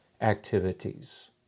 activities